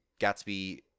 Gatsby